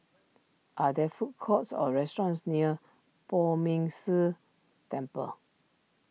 are there food courts or restaurants near Poh Ming Tse Temple